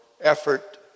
effort